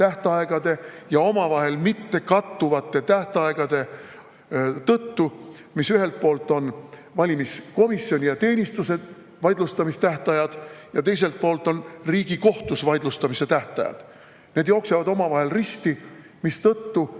tähtaegade ja omavahel mittekattuvate tähtaegade tõttu, mis ühelt poolt on valimiskomisjoni ja ‑teenistuse vaidlustamistähtajad ja teiselt poolt Riigikohtus vaidlustamise tähtajad. Need jooksevad omavahel risti, mistõttu